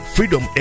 Freedom